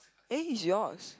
eh he's yours